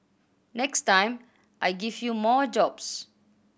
next time I give you more jobs